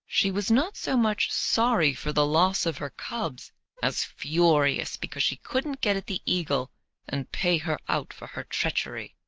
she was not so much sorry for the loss of her cubs as furious because she couldn't get at the eagle and pay her out for her treachery.